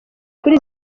kuri